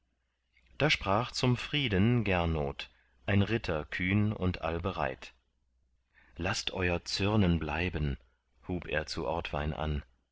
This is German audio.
da sprach zum frieden gernot ein ritter kühn und allbereit laßt euer zürnen bleiben hub er zu ortwein an